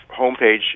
homepage